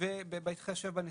ובהתחשב בנסיבות.